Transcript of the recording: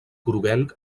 groguenc